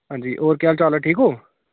हां जी होर केह् हाल चाल ऐ ठीक हो